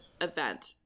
event